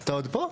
אתה עוד פה?